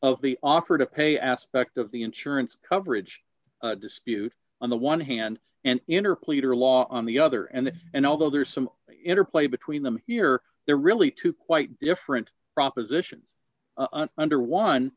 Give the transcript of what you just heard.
of the offer to pay aspect of the insurance coverage dispute on the one hand and enter pleader law on the other and and although there are some interplay between them here they're really two quite different propositions under one